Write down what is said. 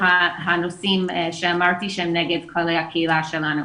הנושאים שאמרתי שהם נגד כללי הקהילה שלנו.